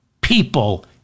people